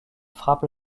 frappe